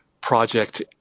project